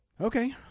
Okay